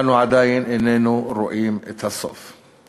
אנו עדיין איננו רואים את הסוף.